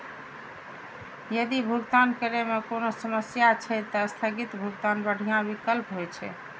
यदि भुगतान करै मे कोनो समस्या छै, ते स्थगित भुगतान बढ़िया विकल्प होइ छै